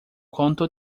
conto